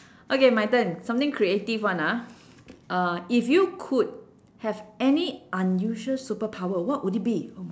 okay my turn something creative [one] ah uh if you could have any unusual superpower what would it be oh